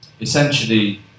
essentially